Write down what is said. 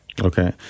Okay